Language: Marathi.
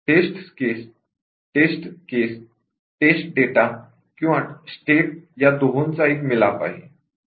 टेस्ट केस टेस्ट डेटा आणि स्टेट या दोहोंचा एक मिलाप आहे